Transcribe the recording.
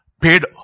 paid